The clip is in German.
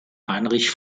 heinrich